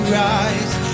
rise